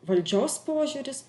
valdžios požiūris